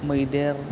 मैदेर